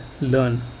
learn